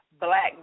black